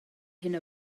hyn